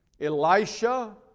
Elisha